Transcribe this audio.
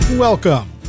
Welcome